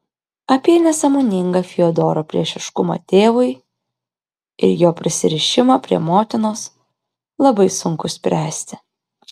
apie nesąmoningą fiodoro priešiškumą tėvui ir jo prisirišimą prie motinos labai sunku spręsti